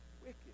wicked